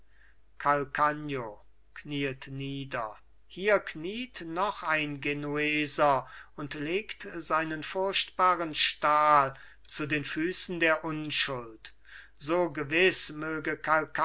calcagno kniet nieder hier kniet noch ein genueser und legt seinen furchtbaren stahl zu den füßen der unschuld so gewiß möge